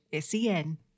SEN